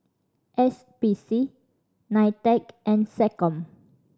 S P C NITEC and SecCom